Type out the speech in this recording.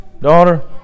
daughter